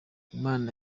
imana